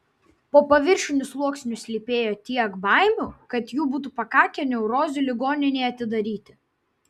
po paviršiniu sluoksniu slypėjo tiek baimių kad jų būtų pakakę neurozių ligoninei atidaryti